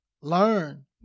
learn